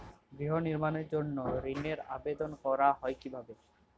গৃহ নির্মাণের জন্য ঋণের আবেদন করা হয় কিভাবে?